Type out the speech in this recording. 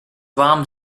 warm